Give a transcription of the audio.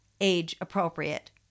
age-appropriate